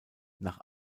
nach